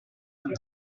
gli